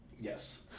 Yes